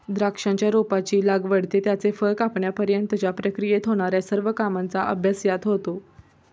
द्राक्षाच्या रोपाची लागवड ते त्याचे फळ कापण्यापर्यंतच्या प्रक्रियेत होणार्या सर्व कामांचा अभ्यास यात होतो